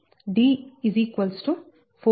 75212 4